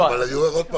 אבל אני אומר עוד פעם,